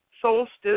solstice